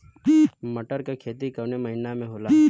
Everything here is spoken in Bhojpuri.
मटर क खेती कवन महिना मे होला?